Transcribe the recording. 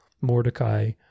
Mordecai